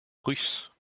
russe